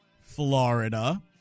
Florida